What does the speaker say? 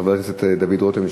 חבר הכנסת דוד רותם,